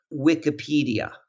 Wikipedia